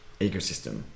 ecosystem